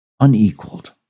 unequaled